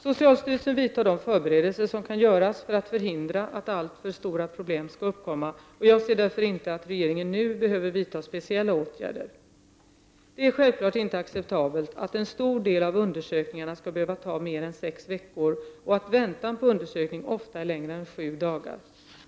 Socialstyrelsen vidtar de förberedelser som låter sig göra för att förhindra att alltför stora problem skall uppkomma. Jag anser därför inte att regeringen nu behöver vidta speciella åtgärder. Det är självklart inte acceptabelt att en stor del av undersökningarna skall behöva ta mer än sex veckor och att väntan på undersökning ofta är längre än sju dagar.